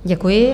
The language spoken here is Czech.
Děkuji.